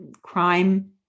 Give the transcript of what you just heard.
crime